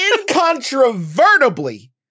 incontrovertibly